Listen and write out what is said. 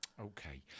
Okay